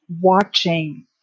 watching